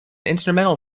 instrumental